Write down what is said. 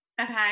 Okay